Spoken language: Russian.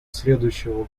следующего